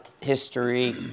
history